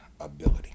ability